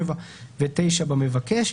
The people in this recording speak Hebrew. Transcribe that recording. (7) ו-(9) במבקש.